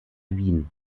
wien